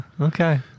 okay